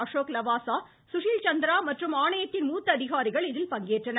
அசோக் லவாசா சுஷில் சந்திரா மற்றும் ஆணையத்தின் மூத்த அதிகாரிகள் இதில் பங்கேற்றனர்